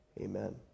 Amen